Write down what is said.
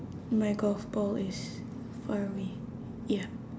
my golf ball is far away ya